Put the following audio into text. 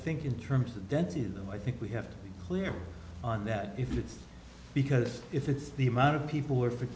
think in terms of dent to them i think we have to clear on that if it's because if it's the amount of people who are for